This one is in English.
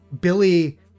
Billy